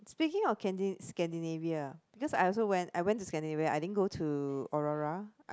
speaking of Scandi~ Scandinavia because I also went I went to Scandinavia I didn't go to Aurora I